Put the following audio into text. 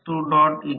153 kilowatt आहे